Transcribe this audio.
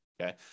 okay